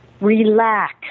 relax